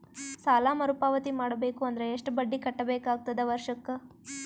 ಸಾಲಾ ಮರು ಪಾವತಿ ಮಾಡಬೇಕು ಅಂದ್ರ ಎಷ್ಟ ಬಡ್ಡಿ ಕಟ್ಟಬೇಕಾಗತದ ವರ್ಷಕ್ಕ?